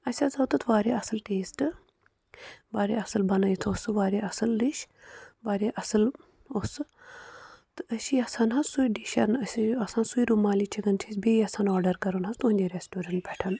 اَسہِ حظ آو تَتھ واریاہ اَصٕل ٹیسٹ واریاہ اَصٕل بَنٲوِتھ اوس سُہ واریاہ اَصٕل ڈِش واریاہ اَصٕل اوس سُہ تہٕ أسۍ چھِ یَژھان حظ سُہ ڈِشَن أسۍ حظ چھِ آسان سُے رُمالی چِکَن چھِ أسۍ بیٚیہِ یَژھان آڈَر کَرُن حظ تُہٕنٛدِ رٮ۪سٹورنٛٹ پٮ۪ٹھ